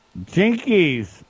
Jinkies